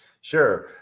Sure